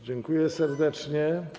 Dziękuję serdecznie.